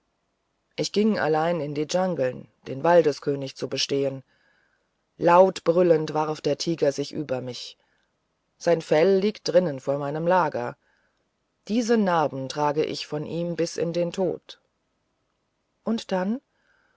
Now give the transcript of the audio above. ich ging allein in die dschangeln den waldeskönig zu bestehen laut brüllend warf der tiger sich über mich sein fell liegt drinnen vor meinem lager diese narben trage ich von ihm bis in den tod und dann